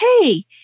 Hey